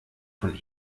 von